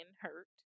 hurt